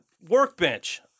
workbench